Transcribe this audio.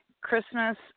Christmas